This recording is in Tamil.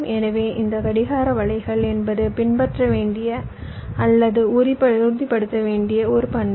எனவே இந்த கடிகார வலைகள் என்பது பின்பற்ற வேண்டிய அல்லது உறுதிப்படுத்த வேண்டிய ஒரு பண்பு